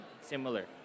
similar